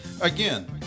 again